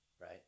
Right